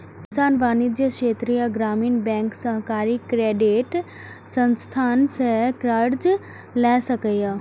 किसान वाणिज्यिक, क्षेत्रीय ग्रामीण बैंक, सहकारी क्रेडिट संस्थान सं कर्ज लए सकैए